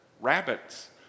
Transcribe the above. Rabbits